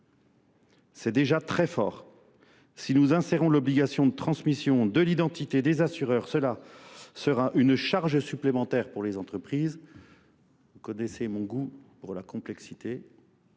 C'est déjà très fort. Si nous insérons l'obligation de transmission de l'identité des assureurs, cela sera une charge supplémentaire pour les entreprises. Vous connaissez mon goût pour la complexité.